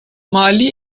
mali